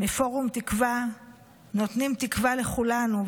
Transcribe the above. מפורום תקווה נותנים תקווה לכולנו.